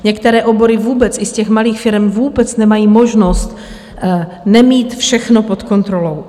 Některé obory i z těch malých firem vůbec nemají možnost nemít všechno pod kontrolou.